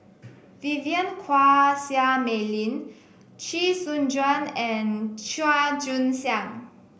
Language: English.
Vivien Quahe Seah Mei Lin Chee Soon Juan and Chua Joon Siang